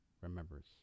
remembers